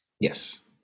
Yes